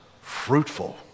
fruitful